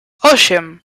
osiem